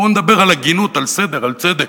בואו נדבר על הגינות, על סדר, על צדק.